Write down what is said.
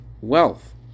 wealth